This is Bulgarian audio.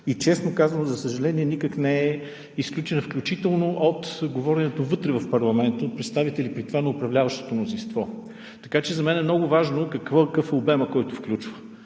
Честно казано, за съжаление, никак не е изключена, включително и от говоренето вътре в парламента, от представители, при това на управляващото мнозинство. Така че за мен е много важно какъв е обемът, който включва.